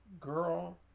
Girl